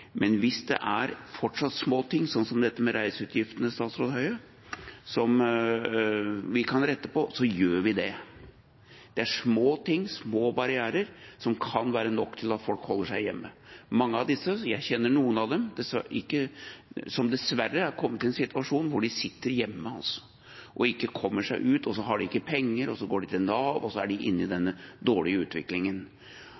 Men hvis det fortsatt er små ting, som dette med reiseutgifter, som vi kan rette på, så gjør vi det. Dette er små ting og små barrierer, som kan være nok til at folk holder seg hjemme. Mange av disse – jeg kjenner noen av dem – har dessverre kommet i en situasjon hvor de sitter hjemme og ikke kommer seg ut. De har ikke penger, de går til Nav, og slik kommer de inn i